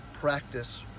practice